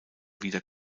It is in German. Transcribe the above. wieder